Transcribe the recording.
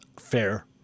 fair